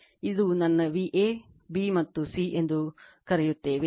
ಮತ್ತು ಇದು ನನ್ನ v a b ಮತ್ತು c ಎಂದು ಕರೆಯುತ್ತೇವೆ